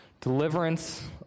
Deliverance